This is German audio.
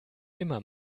immer